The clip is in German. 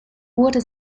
wurde